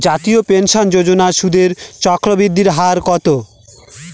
জাতীয় পেনশন যোজনার সুদের চক্রবৃদ্ধি হার কত?